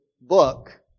book